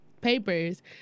papers